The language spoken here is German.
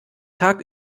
tag